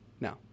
No